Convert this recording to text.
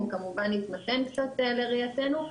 הוא כמובן יתמתן קצת לראייתנו,